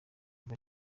kuva